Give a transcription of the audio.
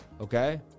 Okay